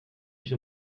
mich